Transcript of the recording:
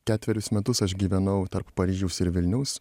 ketverius metus aš gyvenau tarp paryžiaus ir vilniaus